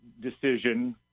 decision